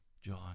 John